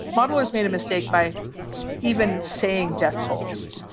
modellers made a mistake by even saying death tolls.